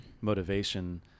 motivation